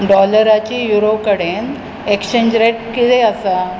डॉलराची euro कडेन exchange rate किदें आसा